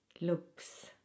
looks